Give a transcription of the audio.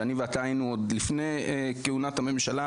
שאני ואתה היינו עוד לפני כהונת הממשלה,